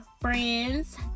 friends